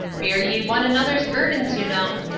bear ye one another's burdens you know.